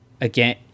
again